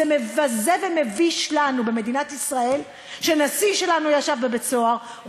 זה מבזה ומביש אותנו במדינת ישראל שנשיא שלנו ישב בבית-סוהר,